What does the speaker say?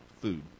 food